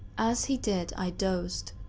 as he did, i dozed,